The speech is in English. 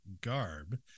Garb